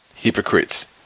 Hypocrites